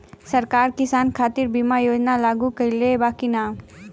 सरकार किसान खातिर बीमा योजना लागू कईले बा की ना?